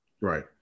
Right